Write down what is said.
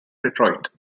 detroit